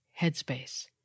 Headspace